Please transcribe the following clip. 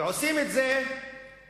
ועושה את זה הממשלה,